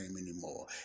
anymore